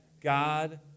God